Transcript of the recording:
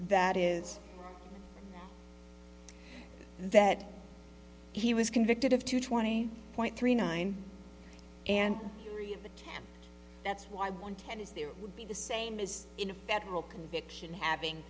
that is that he was convicted of two twenty point three nine and that's why one ten is there would be the same as in a federal conviction having